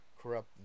corrupt